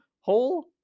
hole